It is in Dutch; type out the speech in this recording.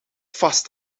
vast